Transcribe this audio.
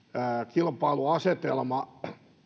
kilpailuasetelma